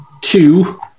two